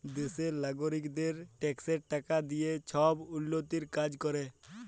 দ্যাশের লগারিকদের ট্যাক্সের টাকা দিঁয়ে ছব উল্ল্যতির কাজ ক্যরে